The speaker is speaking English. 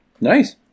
Nice